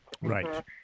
Right